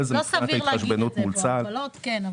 ההתחשבנות עם צה"ל.